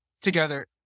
together